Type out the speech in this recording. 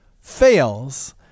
fails